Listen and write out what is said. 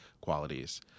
qualities